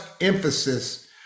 emphasis